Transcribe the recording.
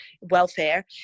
welfare